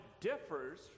differs